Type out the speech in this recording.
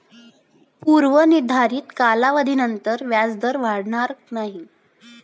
पूर्व निर्धारित कालावधीनंतर व्याजदर वाढणार नाही